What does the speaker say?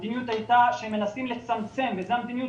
המדיניות הייתה שמנסים לצמצם זו המדיניות,